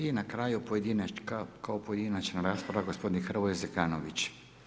I na kraju, kao pojedinačna rasprava, gospodin Hrvoje Zekanović.